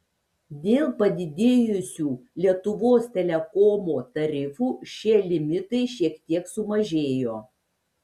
dėl padidėjusių lietuvos telekomo tarifų šie limitai šiek tiek sumažėjo